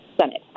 Senate